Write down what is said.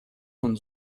von